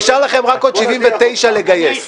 נשאר לכם רק עוד 79 חברי כנסת לגייס.